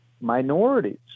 Minorities